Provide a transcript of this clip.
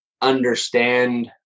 understand